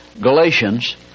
Galatians